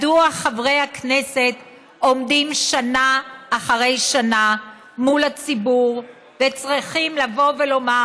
מדוע חברי הכנסת עומדים שנה אחרי שנה מול הציבור וצריכים לבוא ולומר: